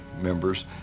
members